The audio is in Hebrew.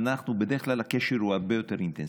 בדרך כלל הקשר הוא הרבה יותר אינטנסיבי.